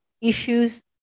issues